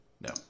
no